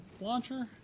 launcher